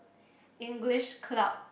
English club